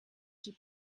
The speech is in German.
den